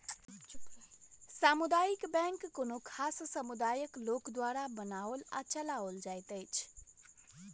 सामुदायिक बैंक कोनो खास समुदायक लोक द्वारा बनाओल आ चलाओल जाइत अछि